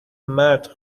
مرد